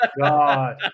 God